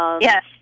Yes